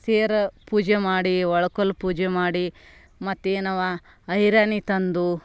ಸೇರು ಪೂಜೆ ಮಾಡಿ ಒಳಕಲ್ಲು ಪೂಜೆ ಮಾಡಿ ಮತ್ತೇನವ್ವಾ ಐರಣಿ ತಂದು